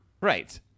Right